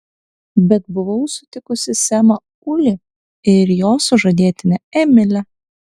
bet buvau sutikusi semą ulį ir jo sužadėtinę emilę